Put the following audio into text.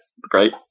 Great